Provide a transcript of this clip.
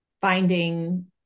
finding